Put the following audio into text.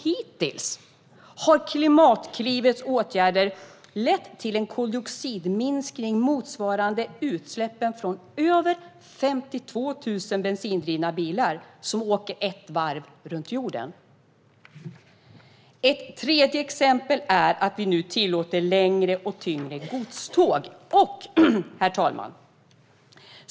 Hittills har Klimatklivets åtgärder lett till en koldioxidminskning motsvarande utsläppen från över 52 000 bensindrivna bilar som åker ett varv runt jorden. Ett tredje exempel är att vi nu tillåter längre och tyngre godståg. Herr talman!